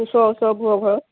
ওচৰৰ ওচৰবোৰৰ ঘৰত